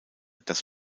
das